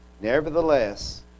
Nevertheless